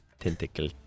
Tentacle